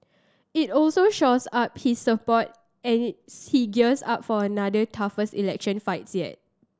it also shores up his support as he gears up for another toughest election fights yet